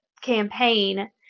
campaign